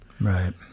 Right